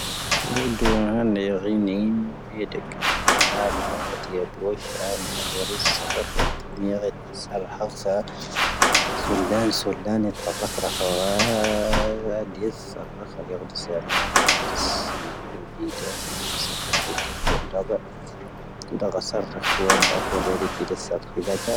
ⴳⵓⴷ ⵢⴰⵏ ⵏ'ⵢⴰⴳⵉⵏⵉⵏ ⵏ'ⵢⴻⴷⵉⴽ ⵏⴰⴳ ⵎⵓ'ⴰⴷ ⵢⴰⴱoⵙⵀ ⴰ ⵎⴻ'ⴰⵏ ⵡ'ⵔⵉⵙ ⵙⴰⵔⴰⴽⵀⴻⵜ ⵏ'ⵢⴰⴷ p'ⵔ ⵙⴰⵔⵀⴰⵙⴰ. ⵙⵓⵔⴷⴰⵏ ⵙⵓⵔⴷⴰⵏ ⴻⵜ ⵜⴰⵔⴰⴽⵀ ⵔⴰⴽⵀⵡⴰ ⴰⴷⵉⵙ ⵙⴰⵔⴰⴽⵀ ⴰⴳⴰⴷ ⴷⵉⵙ ⴰ ⵎⴰⵏ ⴰⴳⴰⴷ ⴷⵉⵙ ⵍ'ⵓ ⴱⵉⴷⴻ. ⵀ'ⵎ ⵙⴰⵀⵉpⵓ ⵉⵜ'ⵏ ⴳⴰⵏⴷⵀ ⴰⴳⴰⴷ ⴷⵓⴷ ⴰⴳⴰⵙⴰⵔ ⵔⴰⴽⵀⵡⴻⵏⴷ oⴼ oⴷⵉⵔⵉⵜⵉⴷⵉⵙ ⵙⴰⵔⴽⵀⵉⴷⴰⴽⴰ.